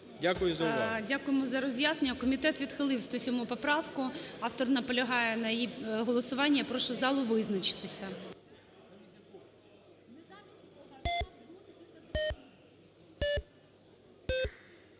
Дякую за увагу. ГОЛОВУЮЧИЙ. Дякуємо за роз'яснення. Комітет відхилив 107 поправку. Автор наполягає на її голосуванні, я прошу залу визначитися.